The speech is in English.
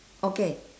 okay